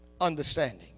understanding